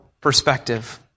perspective